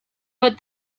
but